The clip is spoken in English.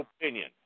opinion